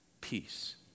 peace